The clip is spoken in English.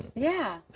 yeah.